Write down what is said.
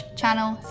channel